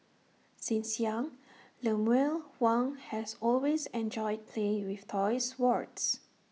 since young Lemuel Huang has always enjoyed playing with toy swords